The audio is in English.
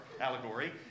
allegory